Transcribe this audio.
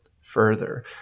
further